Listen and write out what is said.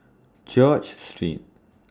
George Street